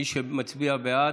מי שמצביע בעד,